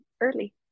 early